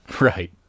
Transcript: Right